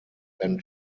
then